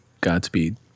godspeed